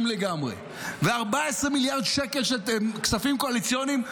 לגמרי ו-14 מיליארד שקל כספים קואליציוניים,